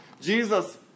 Jesus